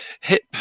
HIP